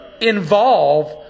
involve